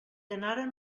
anaren